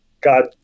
got